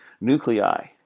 nuclei